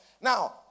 Now